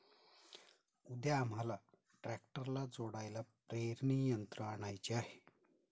उद्या आम्हाला ट्रॅक्टरला जोडायला पेरणी यंत्र आणायचे आहे